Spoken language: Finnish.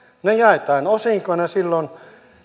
ne jaetaan silloin